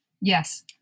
yes